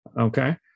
okay